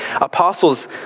apostles